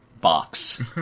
box